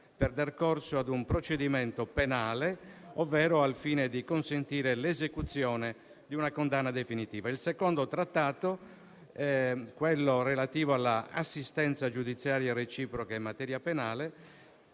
per dar corso a un procedimento penale, ovvero al fine di consentire l'esecuzione di una condanna definitiva. Il secondo Trattato, quello relativo all'assistenza giudiziaria reciproca in materia penale,